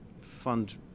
fund